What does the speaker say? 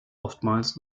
oftmals